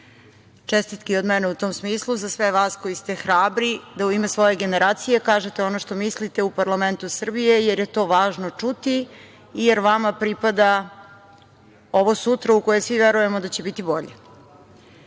Čestitke i od mene u tom smislu za sve vas koji ste hrabri da u ime svoje generacije kažete ono što mislite u parlamentu Srbije, jer je to važno čuti, jer vama pripada ovo sutra u koje svi verujemo da će biti bolje. Danas